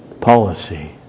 policy